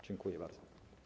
Dziękuję bardzo.